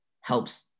helps